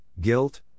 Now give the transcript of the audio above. guilt